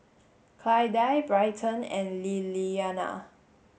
Clydie Bryton and Lillianna